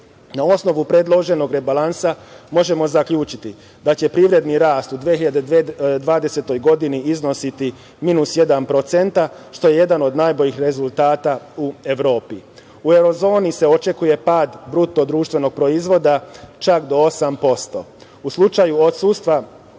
osnovu predloženog rebalansa možemo zaključiti da će privredni rast u 2020. godini, iznositi minus 1% što je jedan od najboljih rezultata u Evropi.U evrozoni se očekuje pad BDP-a čak do 8%.